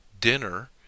dinner